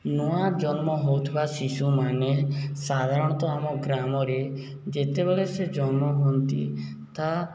ନୂଆ ଜନ୍ମ ହେଉଥିବା ଶିଶୁମାନେ ସାଧାରଣତଃ ଆମ ଗ୍ରାମରେ ଯେତେବେଳେ ସେ ଜନ୍ମ ହୁଅନ୍ତି ତା'